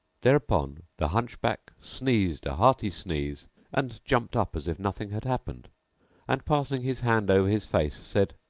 thereupon the hunchback sneezed a hearty sneeze and jumped up as if nothing had happened and passing his hand over his face said,